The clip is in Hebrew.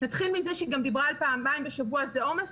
נתחיל מזה שהיא גם דיברה על פעמיים בשבוע זה עומס,